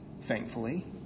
thankfully